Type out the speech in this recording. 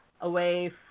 away